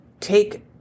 take